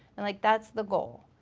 and like that's the goal.